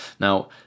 Now